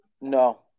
No